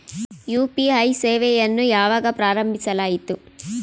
UPI ಸೇವೆಯನ್ನು ಯಾವಾಗ ಪ್ರಾರಂಭಿಸಲಾಯಿತು?